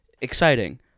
exciting